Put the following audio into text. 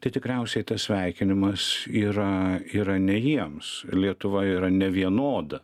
tai tikriausiai tas sveikinimas yra yra ne jiems irlietuva yra nevienoda